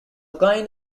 kind